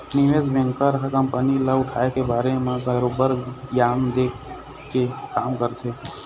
निवेस बेंकर ह कंपनी ल उठाय के बारे म बरोबर गियान देय के काम करथे